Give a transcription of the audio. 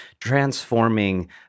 transforming